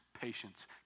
patience